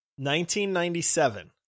1997